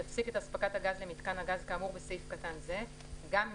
יפסיק את הספקת הגז למיתקן הגז כאמור בסעיף קטן זה גם אם